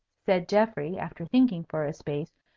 said geoffrey, after thinking for a space.